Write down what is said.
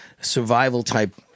survival-type